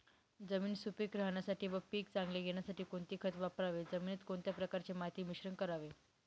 जमीन सुपिक राहण्यासाठी व पीक चांगले येण्यासाठी कोणते खत वापरावे? जमिनीत कोणत्या प्रकारचे माती मिश्रण करावे?